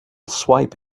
swipe